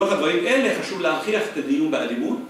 כל הדברים האלה חשוב להכריח את הדיון באלימות